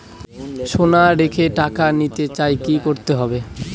সোনা রেখে টাকা নিতে চাই কি করতে হবে?